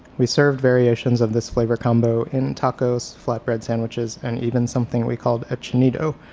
we served variations of this flavor combo in tacos, flatbread sandwiches and even something we called a chineedo,